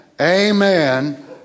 Amen